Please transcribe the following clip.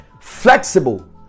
Flexible